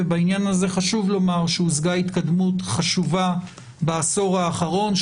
ובעניין הזה חשוב לומר שהושגה התקדמות חשובה בעשור האחרון,